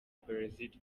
brexit